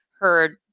heard